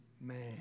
man